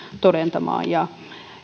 todentamaan ja